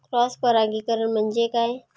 Cross परागीकरण म्हणजे काय?